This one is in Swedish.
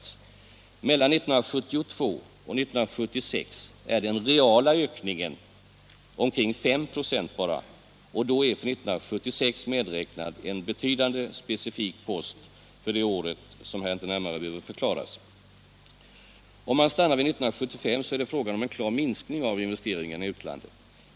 Mellan 11 maj 1977 1972 och 1976 är den reala ökningen bara omkring 5 94, och då är för «LL Lo 1976 medräknad en betydande specifik post för det året som här inte = Ändring i valutalanärmare behöver förklaras. Om man stannar vid 1975 är det fråga om gen, m.m. en klar minskning av investeringarna i utlandet.